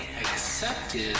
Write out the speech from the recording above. accepted